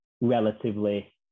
relatively